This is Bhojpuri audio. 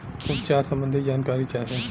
उपचार सबंधी जानकारी चाही?